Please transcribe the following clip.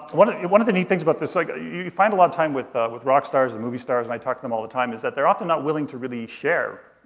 one one of the neat things about this, like ah you find a lot of time with with rock stars and movie stars and i talk to them all the time, is that they're often not willing to really share,